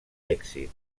èxit